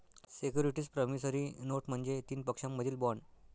securities promissory note म्हणजे तीन पक्षांमधील बॉण्ड